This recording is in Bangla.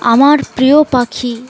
আমার প্রিয় পাখি